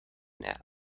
nap